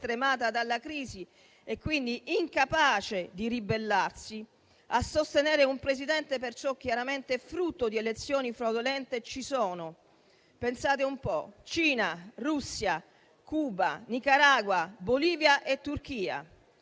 stremata dalla crisi e quindi incapace di ribellarsi, a sostenere un Presidente perciò chiaramente frutto di elezioni fraudolente ci sono - pensate un po' - Cina, Russia, Cuba, Nicaragua, Bolivia e Turchia,